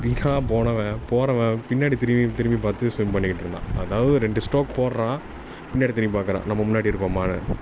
விகா போனவன் போகிறவன் பின்னாடி திரும்பி திரும்பி பார்த்து ஸ்விம் பண்ணிகிட்ருந்தான் அதாவது ரெண்டு ஸ்டோக் போடுறான் பின்னாடி திரும்பி பார்க்கறான் நம்ம முன்னாடி இருக்கோமான்னு